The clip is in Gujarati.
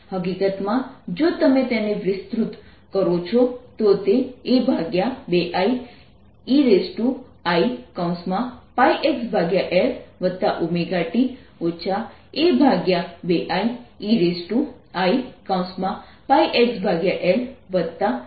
હકીકતમાં જો તમે તેને વિસ્તૃત કરો છો તો તે A2i ei πxLωt A2i ei πxLωt હશે